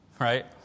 right